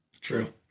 True